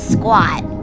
squat